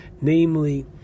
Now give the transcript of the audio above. namely